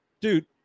dude